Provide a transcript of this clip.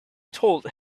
told